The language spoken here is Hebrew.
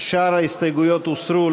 שאר ההסתייגויות הוסרו.